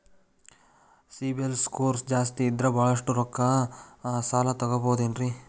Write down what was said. CIBIL score ಜಾಸ್ತಿ ಇದ್ರ ಬಹಳಷ್ಟು ರೊಕ್ಕ ಸಾಲ ತಗೋಬಹುದು ಏನ್ರಿ?